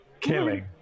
Killing